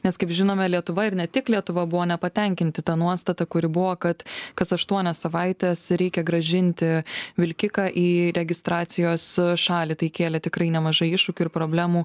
nes kaip žinome lietuva ir ne tik lietuva buvo nepatenkinti ta nuostata kuri buvo kad kas aštuonias savaites reikia grąžinti vilkiką į registracijos šalį tai kėlė tikrai nemažai iššūkių ir problemų